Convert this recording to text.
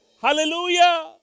Hallelujah